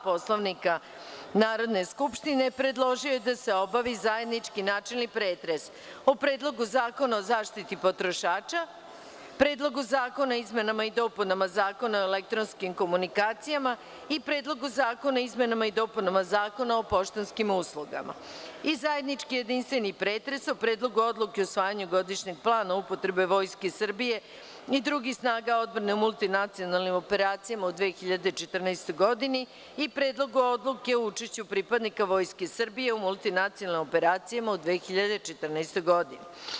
Poslovnika Narodne skupštine, predložio je da se obavi: - zajednički načelni pretres o: Predlogu zakona o zaštiti potrošača, Predlogu zakona o izmenama i dopunama Zakona o elektronskim komunikacijama i Predlogu zakona o izmenama i dopunama Zakona o poštanskim uslugama i - zajednički jedinstveni pretres o: Predlogu odluke o usvajanju Godišnjeg plana upotrebe Vojske Srbije i drugih snaga odbrane u multinacionalnim operacijama u 2014. godini i Predlogu odluke o učešću pripadnika Vojske Srbije u multinacionalnim operacijama u 2014. godini.